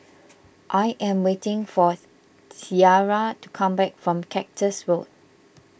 I am waiting for Ciara to come back from Cactus Road